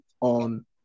on